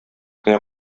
кенә